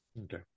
Okay